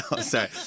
sorry